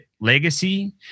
legacy